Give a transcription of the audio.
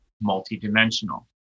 multi-dimensional